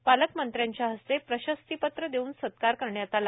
अनिल बोंडे यांच्या हस्ते प्रशस्तिपत्र देऊन सत्कार करण्यात आला